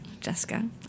Jessica